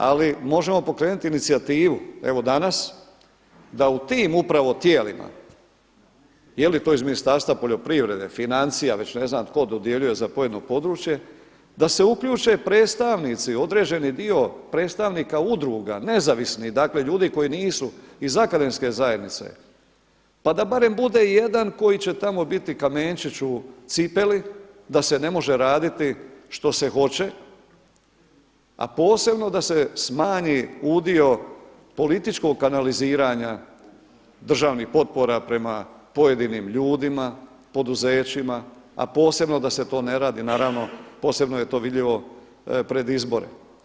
Ali možemo pokrenuti inicijativu evo danas da u tim upravo tijelima jeli to iz Ministarstva poljoprivrede, financija već ne znam tko dodjeljuje za pojedino područje da se uključe predstavnici određeni dio predstavnika udruga nezavisni dakle ljudi koji nisu, iz akademske zajednice pa da barem bude jedan koji će tamo biti kamenčić u cipeli da se ne može raditi što se hoće, a posebno da se smanji udio političkog analiziranja državnih potpora prema pojedinim ljudima, poduzećima, a posebno da se to ne radi naravno posebno je to vidljivo pred izbore.